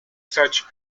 such